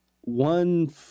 one